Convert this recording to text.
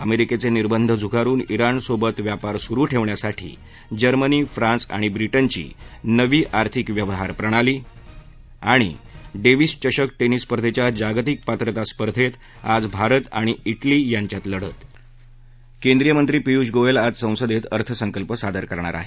अमेरिकेचे निर्बंध झुगारून इराण सोबतचा व्यापार सुरु ठेवण्यासाठी जर्मनी फ्रान्स आणि ब्रिटनची नवी आर्थिक व्यवहार प्रणाली डेव्हिस चषक टेनिस स्पर्धेच्या जागतिक पात्रता स्पर्धेत आज भारत आणि इटली यांच्यात लढत केंद्रीय मंत्री पियुष गोयल आज संसदेत अर्थसंकल्प सादर करणार आहेत